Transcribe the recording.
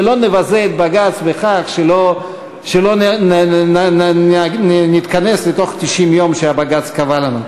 ולא נבזה את בג"ץ בכך שלא נתכנס לתוך 90 היום שהוא קבע לנו.